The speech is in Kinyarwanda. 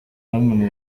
bamwe